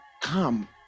come